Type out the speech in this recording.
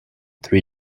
three